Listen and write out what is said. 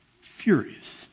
furious